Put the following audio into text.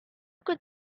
could